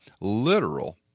literal